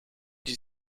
die